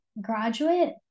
graduate